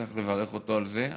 וצריך לברך אותו על זה,